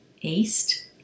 east